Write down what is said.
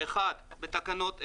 בתקנות אלה,